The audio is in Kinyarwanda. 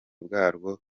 bwarwo